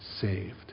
saved